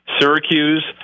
Syracuse